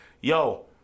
Yo